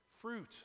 fruit